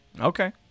Okay